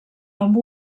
amb